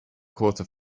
quarter